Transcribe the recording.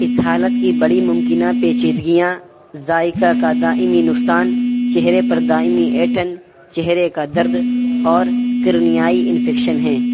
اس حالت کی بڑی ممکنہ پیچیدگیاں ذائقہ کا دائمی نقصان چہرے پر دائمی اینٹھن چہرے کا درد اور قرنیائی انفیکشن ہیں